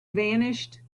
vanished